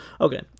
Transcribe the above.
Okay